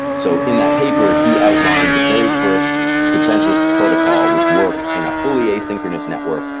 so in that paper he outlined the very first consensus protocol which worked in a fully asynchronous network,